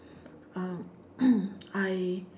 um I